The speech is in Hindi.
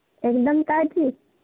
एकदम ताज़ी